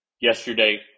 Yesterday